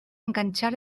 enganchar